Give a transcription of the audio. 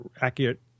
accurate